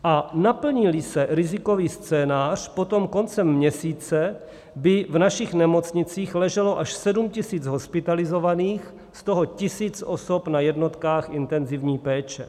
A naplníli se rizikový scénář, potom by koncem měsíce v našich nemocnicích leželo až 7 tisíc hospitalizovaných, z toho tisíc osob na jednotkách intenzivní péče.